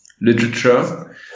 literature